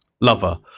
lover